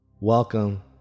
Welcome